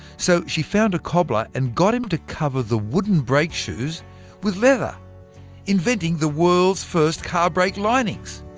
so she found a cobbler, and got him to cover the wooden brake shoes with leather inventing the world's first car brake linings!